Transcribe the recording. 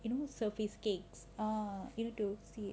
you know surface cakes ah you know to sieve